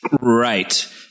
Right